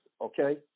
okay